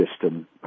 system